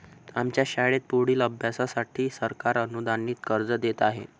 आमच्या शाळेत पुढील अभ्यासासाठी सरकार अनुदानित कर्ज देत आहे